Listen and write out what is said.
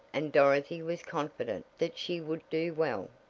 and dorothy was confident that she would do well.